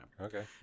Okay